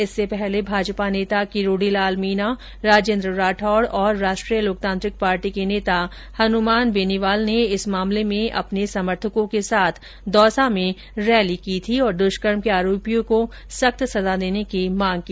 इससे पहले भाजपा नेता किरोड़ीलाल मीना राजेन्द्र राठौड़ और राष्ट्रीय लोकतांत्रिक पार्टी के नेता हनुमान बेनीवाल ने इस मामले में अपने समर्थकों के साथ दौसा में रैली की और दुष्कर्म के आरोपियों को सख्त सजा देने की मांग की